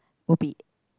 would be